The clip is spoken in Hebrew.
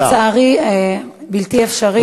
לצערי, בלתי אפשרי.